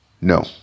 no